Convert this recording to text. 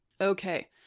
okay